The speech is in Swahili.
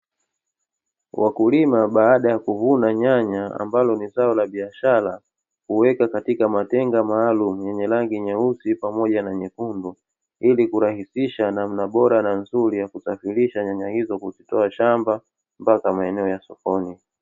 Wakulima baada ya kuvuna nyanya ambalo ni zao la biashara, huweka katika matenga maalumu yenye rangi nyeusi pamoja na nyekundu, ili kurahisisha namna bora na nzuri ya kusafirisha nyanya hizo kuzitoa shamba mpaka maeneo ya sokoni.